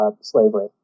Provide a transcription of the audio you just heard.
slavery